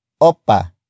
OPA